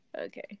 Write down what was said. okay